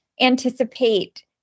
anticipate